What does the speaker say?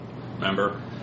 Remember